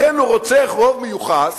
לכן, הוא רוצה רוב מיוחס